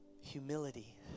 humility